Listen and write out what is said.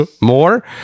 more